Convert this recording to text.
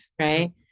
Right